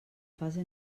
fase